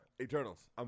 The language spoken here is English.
Eternals